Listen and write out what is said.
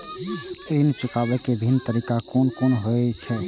ऋण चुकाबे के विभिन्न तरीका कुन कुन होय छे?